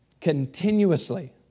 continuously